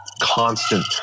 constant